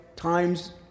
Times